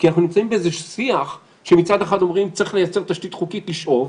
כי אנחנו נמצאים בשיח שמצד אחד אומרים שצריך לייצר תשתית חוקית לשאוב,